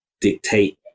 dictate